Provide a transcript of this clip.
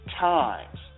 times